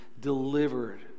delivered